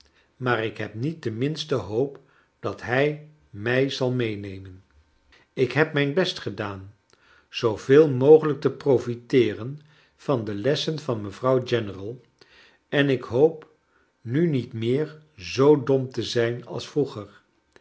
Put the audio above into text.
maar ik heb niet de minste hoop dat hij mij zal meenemen ik heb mijn best gedaan zooveel mogelijk te profiteeren van de lessen van mevrouw general en ik hoop nu niet meer zoo dom te zijn als vroeger